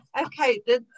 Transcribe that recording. Okay